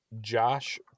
Josh